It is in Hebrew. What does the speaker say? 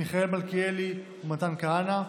מיכאל מלכיאלי ומתן כהנא,